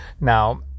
Now